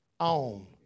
on